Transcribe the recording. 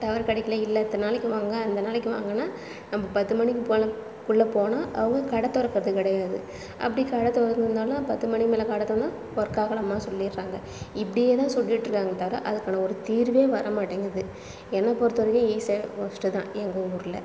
tower கிடைக்கலை இல்லை இந்த நாளைக்கு வாங்க அந்த நாளைக்கு வாங்கன்னால் நம்ப பத்து மணிக்கு போனால் உள்ளே போனால் அவங்க கடை திறக்குறது கிடயாது அப்படி கடை திறந்துருந்தாலும் பத்து மணிக்கு மேலே கடை திறந்தா ஒர்க் ஆகலைமானு சொல்லிடறாங்க இப்படியே தான் சொல்லிகிட்ருக்காங்களே தவிர அதுக்கான ஒரு தீர்வே வர மாட்டேங்குது என்ன பொறுத்தவரைக்கும் இசேவை ஒர்ஸ்ட் தான் எங்கள் ஊரில்